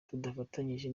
tudafatanyije